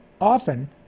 Often